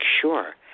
sure